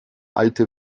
alte